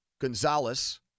Gonzalez